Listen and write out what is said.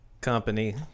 company